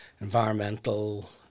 environmental